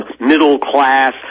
middle-class